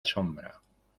sombra